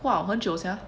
!wow! 很久 sia